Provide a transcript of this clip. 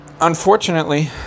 unfortunately